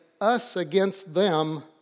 us-against-them